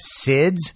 SIDS